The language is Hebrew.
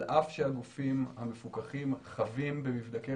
על אף שהגופים המפוקחים חווים במבדקי